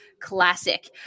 Classic